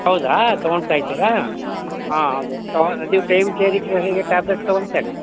ಹೌದಾ ತಗೋತ ಇದ್ದೀರ ಹಾಂ ಅದು ಟೈಮ್ ಸರಿಗೆ ಸರಿಗೆ ಟ್ಯಾಬ್ಲೆಟ್ ತಗೋತ ಇರಿ